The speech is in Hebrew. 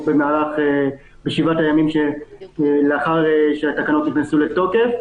לאכוף בשבעת הימים שלאחר שהתקנות ייכנסו לתוקף.